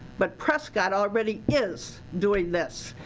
but prescott already is doing this.